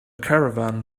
caravan